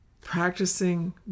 practicing